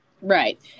Right